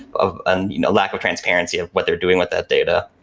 of and you know lack of transparency of what they're doing with that data,